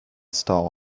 stall